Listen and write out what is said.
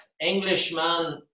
Englishman